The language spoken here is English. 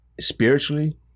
Spiritually